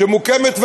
מוקמת ועדה.